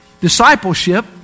Discipleship